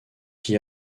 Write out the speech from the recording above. qui